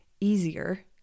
easier